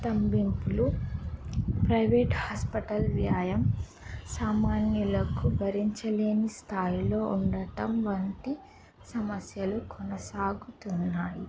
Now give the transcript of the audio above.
స్తంభింపులు private hospital వ్యాయమం సామాన్యులకు భరించలేని స్థాయిలో ఉండటం వంటి సమస్యలు కొనసాగుతున్నాయి